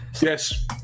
yes